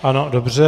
Ano, dobře.